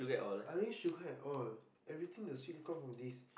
I really sugar at all everything the sweet come from this